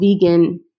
vegan